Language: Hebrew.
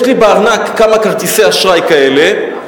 יש לי בארנק כמה כרטיסי אשראי כאלה,